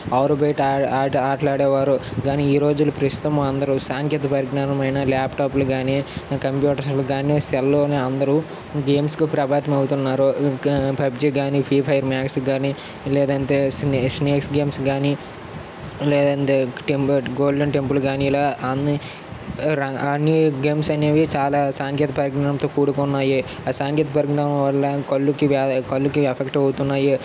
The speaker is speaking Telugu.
ఆరుబయట ఆటలాడేవారు కానీ ఈరోజుల్లో ప్రస్తుతం అందరూ సాంకేతిక పరిజ్ఞానం అయిన ల్యాప్టాప్లు కానీ కంప్యూటర్స్లు కానీ సెల్లోనే అందరూ గేమ్స్కు ప్రభావితం అవుతున్నారు పబ్జి కానీ ఫ్రీ ఫైర్ మ్యాక్స్ కానీ లేదంటే స్నేక్స్ గేమ్స్ కానీ లేదంటే గోల్డెన్ టెంపుల్ కాని ఇలా అన్ని అన్ని గేమ్స్ అనేవి చాలా సాంకేతిక పరిజ్ఞానంతో కూడుకున్నాయి ఆ సాంకేతిక పరిజ్ఞానం వల్ల కళ్ళుకి కళ్ళకి ఎఫెక్ట్ అవుతున్నాయి